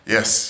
Yes